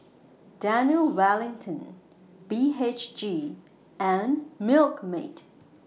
Daniel Wellington B H G and Milkmaid